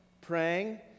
praying